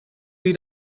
sie